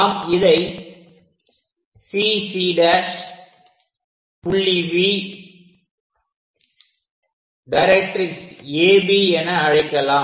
நாம் இதை CC' புள்ளி V டைரக்ட்ரிக்ஸ் AB என அழைக்கலாம்